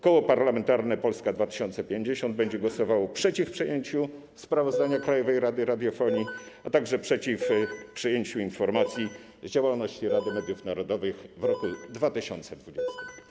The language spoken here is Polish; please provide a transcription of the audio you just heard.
Koło Parlamentarne Polska 2050 będzie głosowało przeciw przyjęciu sprawozdania Krajowej Rady Radiofonii i Telewizji, a także przeciw przyjęciu informacji o działalności Rady Mediów Narodowych w roku 2020.